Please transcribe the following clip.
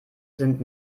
sind